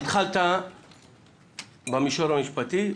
התחלת במישור המשפטי,